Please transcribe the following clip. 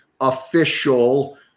official